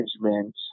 management